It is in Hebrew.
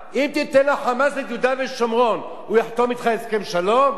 אם תיתן ל"חמאס" את יהודה ושומרון הוא יחתום אתך הסכם שלום?